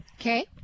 Okay